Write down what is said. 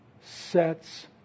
sets